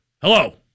hello